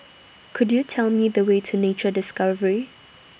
Could YOU Tell Me The Way to Nature Discovery